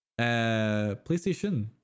PlayStation